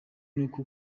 n’uko